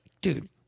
dude